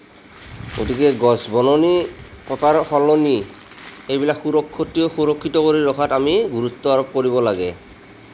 গতিকে গছ বননি কটাৰ সলনি এইবিলাক সুৰক্ষিত সুৰক্ষিত কৰি ৰখাত আমি গুৰুত্ব আৰোপ কৰিব লাগে